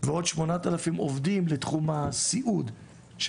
ועוד 8,000 עובדים לתחום הסיעוד.